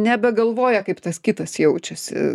nebegalvoja kaip tas kitas jaučiasi